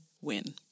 win